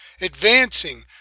advancing